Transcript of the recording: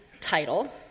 title